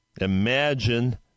Imagine